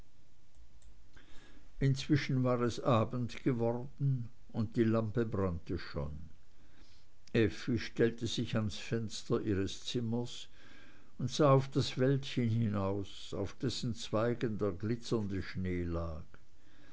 inzwischen war es abend geworden und die lampe brannte schon effi stellte sich ans fenster ihres zimmers und sah auf das wäldchen hinaus auf dessen zweigen der glitzernde schnee lag